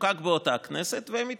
שחוקק באותה הכנסת, והם התנגשו.